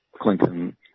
Clinton